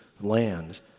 land